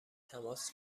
تماس